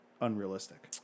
unrealistic